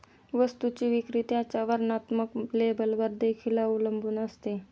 वस्तूची विक्री त्याच्या वर्णात्मक लेबलवर देखील अवलंबून असते